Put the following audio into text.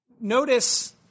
Notice